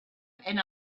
and